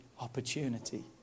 opportunity